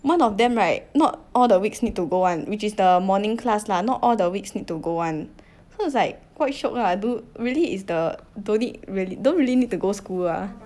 one of them right not all the weeks need to go [one] which is the morning class lah not all the weeks need to go [one] so it's like quite shiok lah do really is the don't need don't really need to go school ah